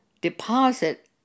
deposit